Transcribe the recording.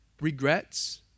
regrets